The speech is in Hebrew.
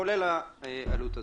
כולל העלות הזאת.